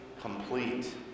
COMPLETE